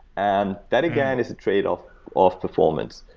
and that, again, is a tradeoff of performance.